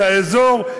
היא האזור,